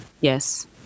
Yes